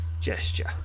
gesture